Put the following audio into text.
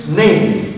names